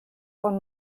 von